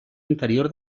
interior